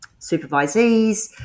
supervisees